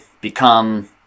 become